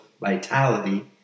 vitality